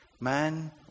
Man